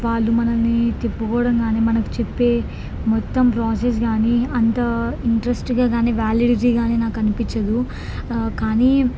వాళ్ళు మనల్ని తిప్పుకోవడం కానీ మనకు చెప్పే మొత్తం ప్రోసెస్ కానీ అంత ఇంట్రెస్ట్గా కానీ వ్యాలిడిటీ కానీ నాకు అనిపించదు కానీ